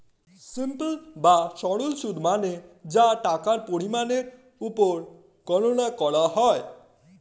simple বা সরল সুদ মানে যা টাকার পরিমাণের উপর গণনা করে